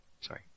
sorry